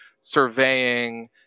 surveying